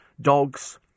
dogs